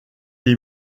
est